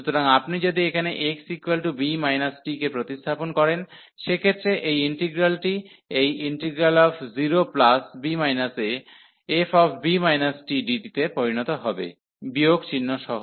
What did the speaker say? সুতরাং আপনি যদি এখানে xb t কে প্রতিস্থাপন করেন সেক্ষেত্রে এই ইন্টিগ্রালটি এই 0b afb tdt তে পরিণত হবে বিয়োগ চিহ্ন সহ